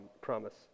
promise